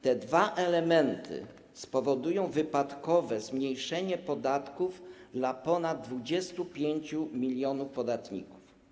Te dwa elementy spowodują wypadkowe zmniejszenie podatków dla ponad 25 mln podatników.